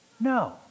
No